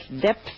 depth